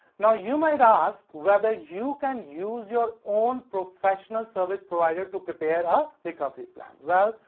now you might ask whether you can use your own professional service provider to prepare a recovery plan well,